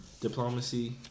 diplomacy